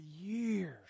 years